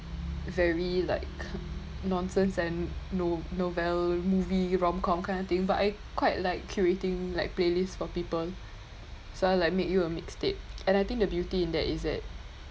very like nonsense and no~ novel movie romcom kind of thing but I quite like curating like playlists for people so I like make you a mixtape and I think the beauty in that is that